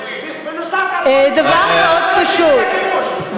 בנוסף לכל היא מאשימה את הפלסטינים בכיבוש.